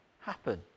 happen